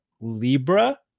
Libra